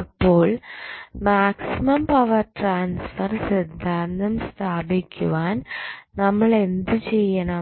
അപ്പോൾ maximum power transfer സിദ്ധാന്തം സ്ഥാപിക്കുവാൻ നമ്മൾ എന്ത് ചെയ്യണം